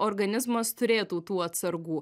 organizmas turėtų tų atsargų